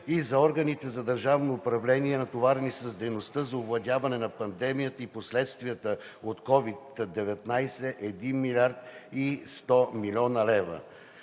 и за органите за държавно управление, натоварени с дейността за овладяване на пандемията и последствията от COVID-19 – 1 млрд. 100 млн. лв.